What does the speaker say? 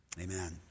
amen